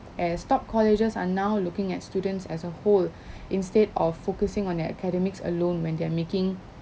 as top colleges are now looking at students as a whole instead of focusing on their academics alone when they're making